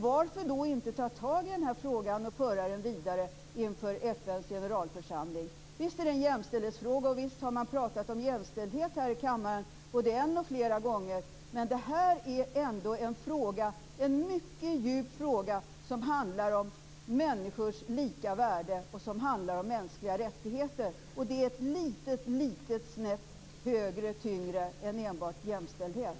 Varför då inte ta tag i frågan och föra den vidare inför FN:s generalförsamling? Visst är det en jämställdhetsfråga, och visst har man talat om jämställdhet här i kammaren både en och flera gånger. Men det här är ändå en mycket djup fråga som handlar om människors lika värde och mänskliga rättigheter. Det är ett litet snäpp högre och tyngre än enbart jämställdhet.